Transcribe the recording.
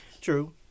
True